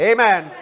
Amen